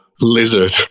lizard